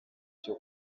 cyo